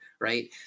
right